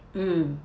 mm